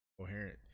coherent